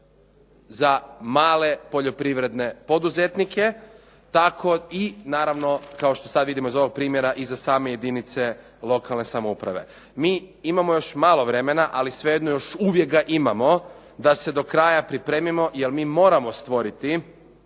za male poljoprivredne poduzetnike tako i naravno kao što sad vidimo iz ovog primjera i za same jedinice lokalne samouprave. Mi imamo još malo vremena, ali svejedno još uvijek ga imamo da se dokraja pripremimo jer mi moramo stvoriti